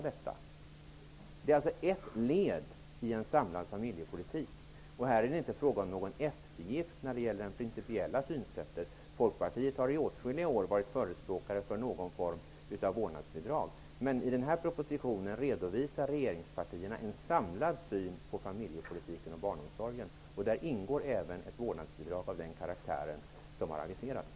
Detta är ett led i en samlad familjepolitik. Det är inte fråga om en eftergift när det gäller det principiella synsättet. Folkpartiet har i åtskilliga år varit förespråkare för någon form av vårdnadsbidrag. Men i den här propositionen redovisar regeringspartierna en samlad syn på familjepolitiken och barnomsorgen. Där ingår ett vårdnadsbidrag av den karaktär som har aviserats.